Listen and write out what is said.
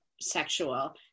sexual